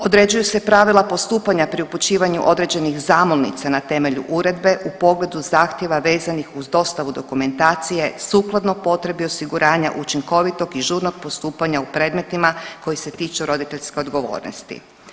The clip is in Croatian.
Određuju se pravila postupanja pri upućivanju određenih zamolnica na temelju uredbe u pogledu zahtjeva vezanih uz dostavu dokumentacije sukladno potrebi osiguranja učinkovitog i žurnog postupanja u predmetima koji se tiču roditeljske odgovornosti.